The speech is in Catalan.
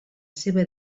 seva